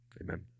Amen